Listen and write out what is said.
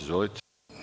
Izvolite.